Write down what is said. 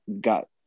got